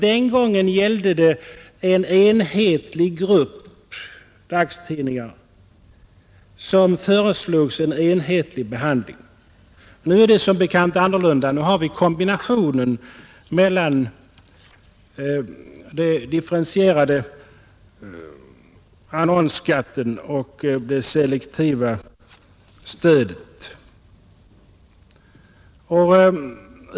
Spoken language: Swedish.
Den gången gällde det en enhetlig grupp dagstidningar som föreslogs en enhetlig behandling. Nu är det som bekant annorlunda. Nu gäller det kombinationen av den differentierade annonsskatten och det selektiva stödet.